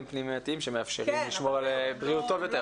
פנימייתיים שמאפשרים לשמור על בריאות טוב יותר.